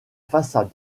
façade